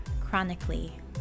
chronically